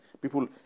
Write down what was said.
People